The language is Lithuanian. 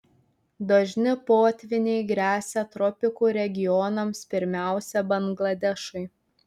dažni potvyniai gresia tropikų regionams pirmiausia bangladešui